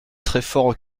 treffort